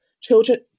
children